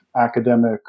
academic